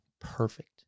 perfect